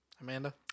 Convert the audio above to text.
Amanda